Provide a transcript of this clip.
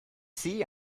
see